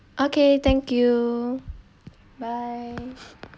okay thank you bye